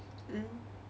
mm